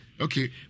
Okay